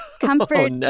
comfort